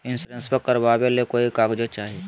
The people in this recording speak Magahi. इंसोरेंसबा करबा बे ली कोई कागजों चाही?